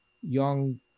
young